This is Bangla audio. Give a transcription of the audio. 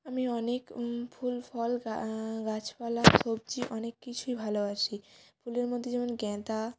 আমি অনেক ফুল ফল গা গাছপালা সবজি অনেক কিছুই ভালোবাসি ফুলের মধ্যে যেমন গাঁদা